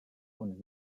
und